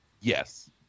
Yes